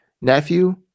nephew